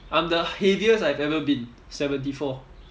I'm the heaviest I've ever been seventy four